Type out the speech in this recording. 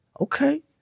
Okay